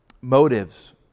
motives